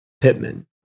Pittman